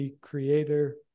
creator